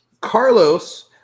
Carlos